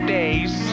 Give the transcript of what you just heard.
days